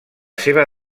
seva